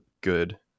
good